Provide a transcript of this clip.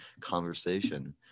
conversation